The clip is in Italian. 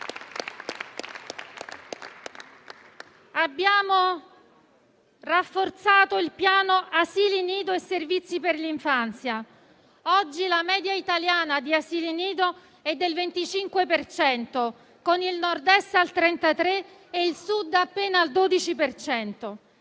Abbiamo rafforzato il Piano asili nido e servizi per l'infanzia. Oggi, la media italiana di asili nido è del 25 per cento, con il Nord-Est al 33 per cento e il Sud appena al 12